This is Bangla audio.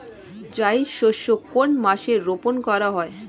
জায়িদ শস্য কোন মাসে রোপণ করা হয়?